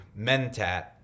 Mentat